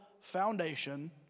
foundation